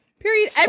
Period